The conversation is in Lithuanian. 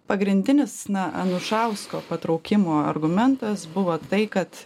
pagrindinis na anušausko patraukimo argumentas buvo tai kad